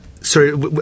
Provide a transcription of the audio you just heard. sorry